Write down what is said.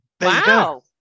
Wow